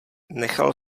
nechal